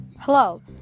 Hello